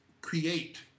create